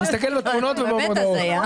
הוא מסתכל בתמונות ובמודעות.